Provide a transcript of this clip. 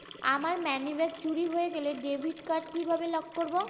আমার মানিব্যাগ চুরি হয়ে গেলে ডেবিট কার্ড কিভাবে লক করব?